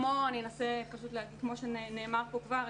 כמו שנאמר פה כבר,